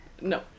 no